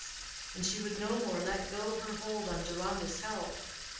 and she would no more let go her hold on deronda's help,